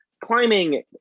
climbing